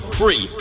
free